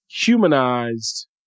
humanized